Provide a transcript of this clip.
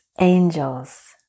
angels